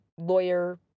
lawyer